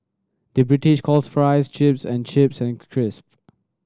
the British calls fries chips and chips and crisp